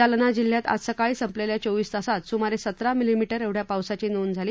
जालना जिल्ह्यात आज सकाळी संपलेल्या चोवीस तासांत सुमारे सतरा मिलीमीीी विद्या पावसाची नोंद झाली